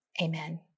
Amen